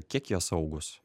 kiek jie saugūs